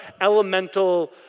elemental